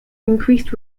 increased